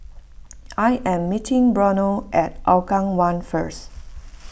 I am meeting Brannon at Hougang one first